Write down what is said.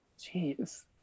Jeez